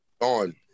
on